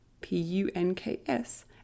p-u-n-k-s